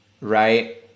right